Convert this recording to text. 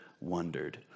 wondered